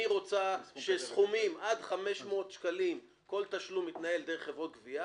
אני רוצה שסכומים עד 500 שקלים כל תשלום יתנהל דרך חברות גבייה,